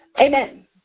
Amen